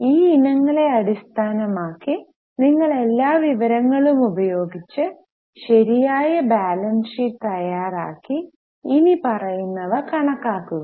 ഈ ഇനങ്ങളെ അടിസ്ഥാനമാക്കി നിങ്ങൾ എല്ലാ വിവരങ്ങളും ഉപയോഗിച്ച് ശരിയായ ബാലൻസ് ഷീറ്റ് തയ്യാറാക്കി ഇനിപ്പറയുന്നവ കണക്കാക്കുക